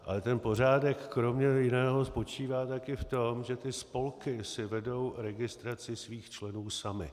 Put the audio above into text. Ale pořádek kromě jiného spočívá taky v tom, že spolky si vedou registraci svých členů samy.